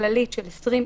הכללית של 20 אנשים,